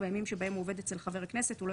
בימים שבהם הוא עובד אצל חבר הכנסת הוא לא